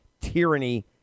tyranny